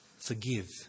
Forgive